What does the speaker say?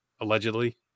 allegedly